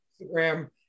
Instagram